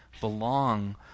belong